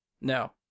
No